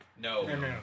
No